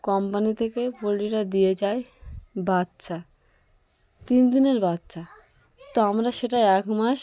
company থেকে পোলট্রিটা দিয়ে যায় বাচ্চা তিন দিনের বাচ্চা তো আমরা সেটা এক মাস